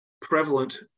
prevalent